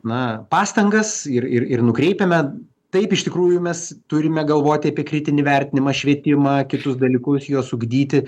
na pastangas ir ir ir nukreipiame taip iš tikrųjų mes turime galvoti apie kritinį vertinimą švietimą kitus dalykus juos ugdyti